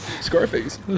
Scarface